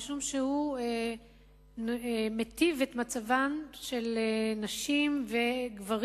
משום שהוא מיטיב את מצבם של נשים וגברים,